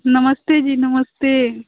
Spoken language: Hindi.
नमस्ते जी नमस्ते